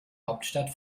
hauptstadt